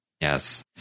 yes